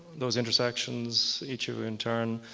those intersections, each of you in turn.